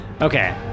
Okay